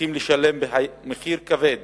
הולכים לשלם מחיר כבד